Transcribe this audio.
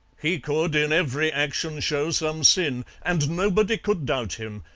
he could in every action show some sin, and nobody could doubt him.